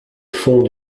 fond